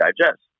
digest